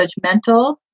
judgmental